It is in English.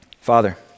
Father